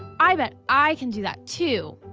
i bet i can do that too.